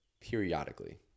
periodically